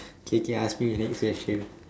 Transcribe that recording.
K K ask me the next question